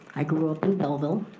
i grew up in belleville.